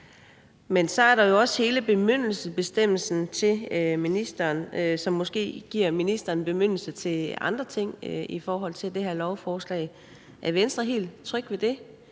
Men så er der jo også hele bemyndigelsesbestemmelsen til ministeren, som måske giver ministeren bemyndigelse til andre ting i det her lovforslag. Er Venstre helt tryg ved den